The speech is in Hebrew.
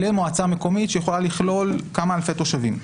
עד למועצה מקומית שיכולה לכלול כמה אלפי תושבים.